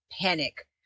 panic